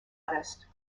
artist